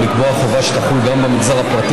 ולקבוע חובה שתחול גם במגזר הפרטי,